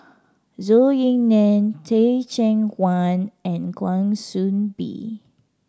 Zhou Ying Nan Teh Cheang Wan and Kwa Soon Bee